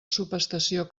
subestació